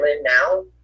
now